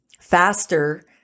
faster